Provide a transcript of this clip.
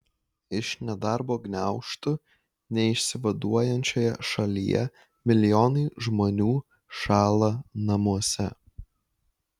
iš nedarbo gniaužtų neišsivaduojančioje šalyje milijonai žmonių šąla namuose